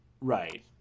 Right